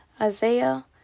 Isaiah